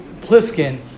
Pliskin